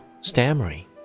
stammering